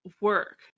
work